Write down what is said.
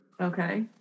Okay